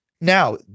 Now